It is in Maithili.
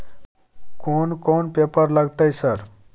कोन कौन पेपर लगतै सर?